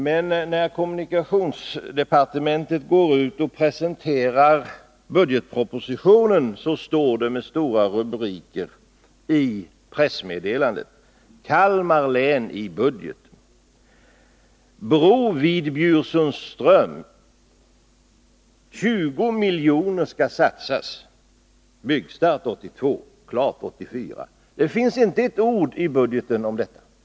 Men när kommunikationsdepartementet presenterar budgetpropositionen står det med stora rubriker i pressmeddelandet: Kalmar län i budgeten! Bro vid Bjursunds ström. 20 miljoner satsas. Byggstart 1982, slutfört 1984. Det finns inte ett ord i budgeten om detta.